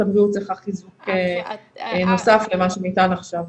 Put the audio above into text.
הבריאות צריכה חיזוק נוסף למה שניתן עכשיו.